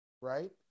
right